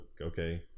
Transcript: okay